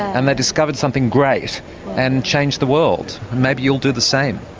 and they discovered something great and changed the world. maybe you'll do the same.